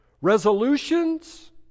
Resolutions